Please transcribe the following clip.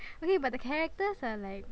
okay but the characters are like